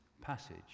passage